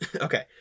Okay